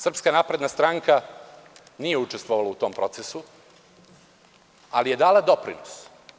Srpska napredna stranka nije učestvovala u tom procesu, ali je dala doprinos.